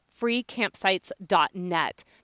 freecampsites.net